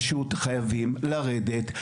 פשוט חייבים לרדת,